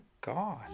God